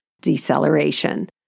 deceleration